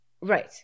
Right